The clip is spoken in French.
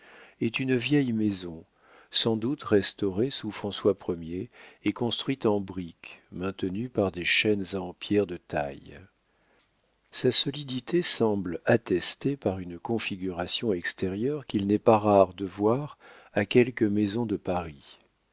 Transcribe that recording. est une vieille maison sans doute restaurée sous françois ier et construite en briques maintenues par des chaînes en pierre de taille sa solidité semble attestée par une configuration extérieure qu'il n'est pas rare de voir à quelques maisons de paris